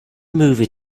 movie